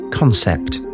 concept